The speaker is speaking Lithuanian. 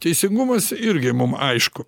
teisingumas irgi mum aišku